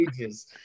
ages